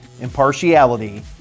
impartiality